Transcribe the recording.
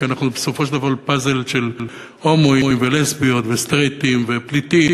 כי בסופו של דבר אנחנו פאזל של הומואים ולסביות וסטרייטים ופליטים,